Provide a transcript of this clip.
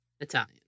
Italian